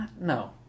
no